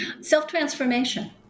Self-transformation